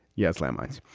yes, landmines.